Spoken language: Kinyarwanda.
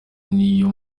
niyo